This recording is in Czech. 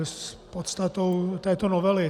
S podstatou této novely.